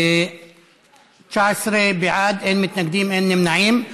19 בעד, אין מתנגדים, אין נמנעים.